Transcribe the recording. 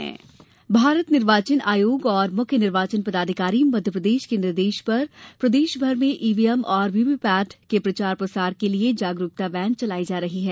EVM जागरुकता भारत निर्वाचन आयोग और मुख्य निर्वाचन पदाधिकारी मध्यप्रदेश के निर्देश पर प्रदेश भर में ईवीएम और वीवीपेट के प्रचार प्रसार हेतु जागरुकता वैन चलाई जा रही हैं